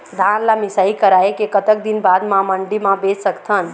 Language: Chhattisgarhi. धान ला मिसाई कराए के कतक दिन बाद मा मंडी मा बेच सकथन?